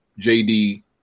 JD